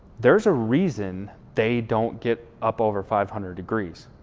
there's a reason they don't get up over five hundred degrees.